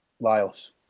Lyles